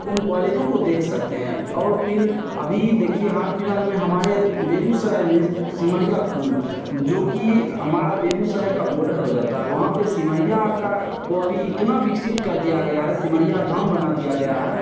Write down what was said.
उन कॉलेजों को देख सकते हैं और फिर अभी देखिए हाल फिलहाल में हमारे बेगूसराय में सिमरिया पुल जो कि हमारा बेगूसराय का बॉर्डर हो जाता है वहाँ पे सिमरिया का को अभी इतना विकसित कर दिया गया है सिमरिया धाम बना दिया गया है